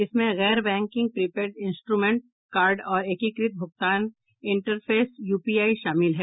इसमें गैर banking prepaid instrument card और एकीकृत भुगतान इंटरफेस यूपीआई शामिल हैं